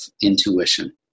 intuition